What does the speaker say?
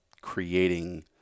creating